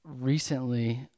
recently